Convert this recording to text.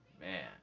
Man